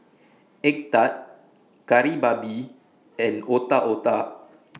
Egg Tart Kari Babi and Otak Otak